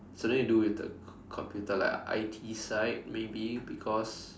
something to do with the computer like I_T side maybe because